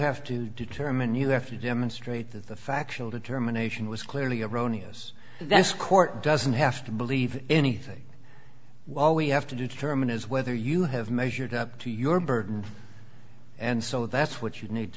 have to determine you have to demonstrate that the factual determination was clearly erroneous that's court doesn't have to believe anything while we have to determine is whether you have measured up to your burden and so that's what you need